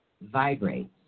vibrates